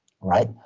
right